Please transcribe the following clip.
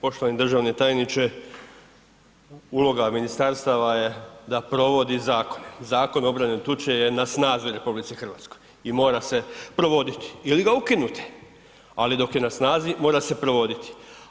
Poštovani državni tajniče, uloga ministarstava je da provodi zakone, Zakon od obrane od tuče je na snazi u RH i mora se provoditi ili ga ukinuti, ali dok je na snazi mora se provoditi.